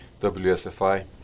WSFI